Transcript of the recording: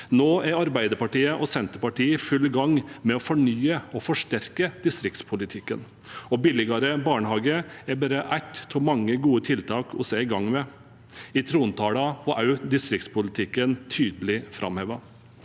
Nå er Arbeiderpartiet og Senterpartiet i full gang med å fornye og forsterke distriktspolitikken, og billigere barnehage er bare ett av mange gode tiltak vi er i gang med. I trontalen var også distriktspolitikken tydelig framhevet.